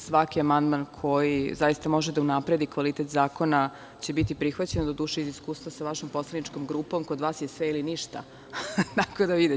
Svaki amandman koji zaista može da unapredi kvalitet zakona će biti prihvaćen, doduše iz iskustva sa vašom poslaničkom grupom kod vas je sve ili ništa, tako da ćemo videti.